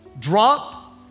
Drop